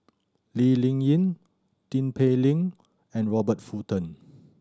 Lee Ling Yen Tin Pei Ling and Robert Fullerton